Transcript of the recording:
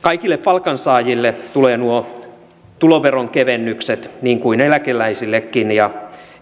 kaikille palkansaajille tulevat nuo tuloveronkevennykset niin kuin eläkeläisillekin ja